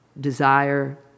desire